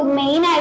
main